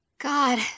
God